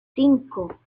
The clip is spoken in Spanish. cinco